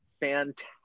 fantastic